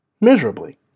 miserably